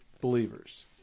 believers